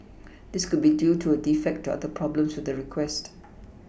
this could be due to a defect or other problem with the request